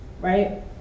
Right